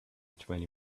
twenty